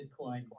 Bitcoin